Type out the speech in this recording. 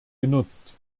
genutzt